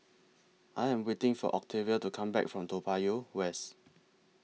I Am waiting For Octavia to Come Back from Toa Payoh West